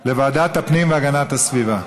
זה אמור להגיע לוועדת הפנים והגנת הסביבה.